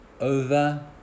over